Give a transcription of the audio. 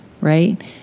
Right